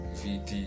vt